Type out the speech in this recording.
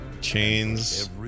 chains